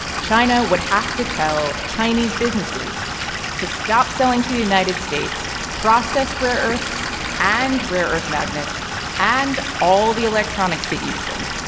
china would have to tell chinese businesses to stop selling to the united states processed rare earths and rare earth magnets and all the electronics that use them.